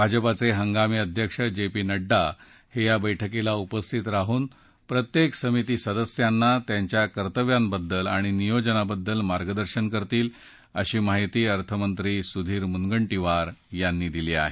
भाजपाचे हंगामी अध्यक्ष जे पी नड्डा हे या बैठकीला उपस्थित राहून प्रत्येक समिती सदस्यांना त्यांच्या कर्तव्यांबद्दल आणि नियोजनाबद्दल मार्गदर्शन करतील अशी माहिती अर्थमंत्री सुधीर मुनगंटीवार यांनी दिली आहे